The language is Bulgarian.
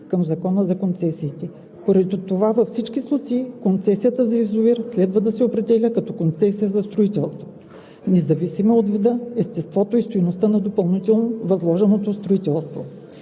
към Закона за концесиите. Поради това във всички случаи концесията за язовир следва да се определя като концесия за строителство, независимо от вида, естеството и стойността на допълнително възложеното строителство.